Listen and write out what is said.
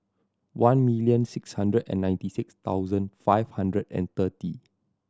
one million six hundred and ninety six thousand five hundred and thirty